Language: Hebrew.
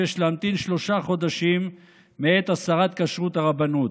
שיש להמתין שלושה חודשים מעת הסרת כשרות הרבנות,